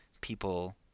people